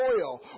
oil